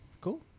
cool